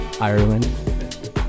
Ireland